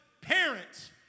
parents